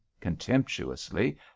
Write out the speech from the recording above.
contemptuously